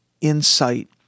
insight